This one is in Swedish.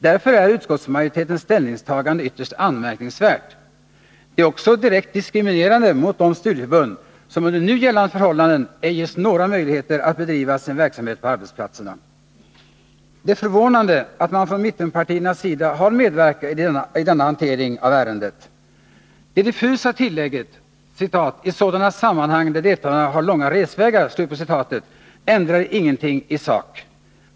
Därför är utskottsmajoritetens ställningstagande ytterst anmärkningsvärt. Det är också diskriminerande mot de studieförbund som under nu gällande förhållanden ej ges några möjligheter att bedriva sin verksamhet på arbetsplatserna. Det är förvånande att man från mittenpartiernas sida har medverkat i denna hantering av ärendet. Det diffusa tillägget ”i sådana sammanhang där deltagarna har långa resvägar” ändrar ingenting i sak.